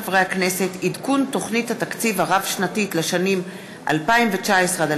עדכון תוכנית התקציב הרב-שנתית לשנים 2019 2021